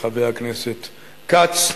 חבר הכנסת כץ,